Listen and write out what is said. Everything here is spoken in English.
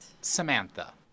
Samantha